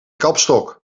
kapstok